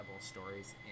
stories